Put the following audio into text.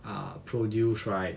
ah produce right